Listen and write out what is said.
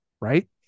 right